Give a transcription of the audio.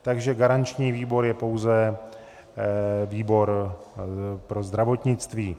Takže garanční výbor je pouze výbor pro zdravotnictví.